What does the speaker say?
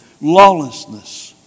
Lawlessness